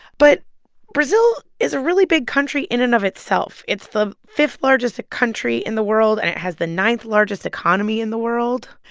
but brazil is a really big country in and of itself. it's the fifth largest country in the world. and it has the ninth largest economy in the world.